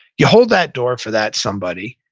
you hold that door for that somebody.